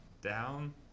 down